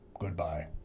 Goodbye